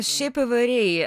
šiaip įvairiai